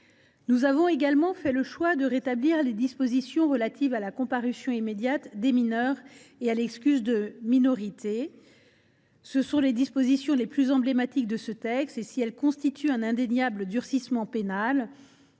Nous avons également fait le choix de proposer de rétablir les dispositions relatives à la comparution immédiate des mineurs et à l’excuse de minorité. Ce sont les mesures les plus emblématiques de ce texte. Si elles constituent un indéniable durcissement pénal,